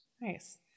Nice